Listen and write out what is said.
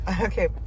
Okay